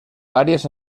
varias